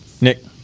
Nick